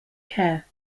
care